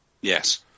Yes